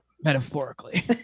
metaphorically